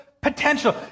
potential